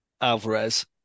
Alvarez